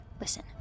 listen